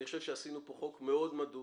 אני חושב שעשינו כאן חוק מאוד מדוד